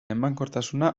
emankortasuna